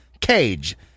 Cage